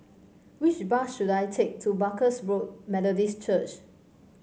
which bus should I take to Barker Road Methodist Church